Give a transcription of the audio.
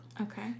Okay